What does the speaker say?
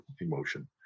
emotion